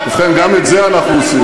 ובכן, גם את זה אנחנו עושים.